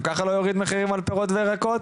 ככה לא יוריד מחירים על פירות וירקות.